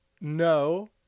no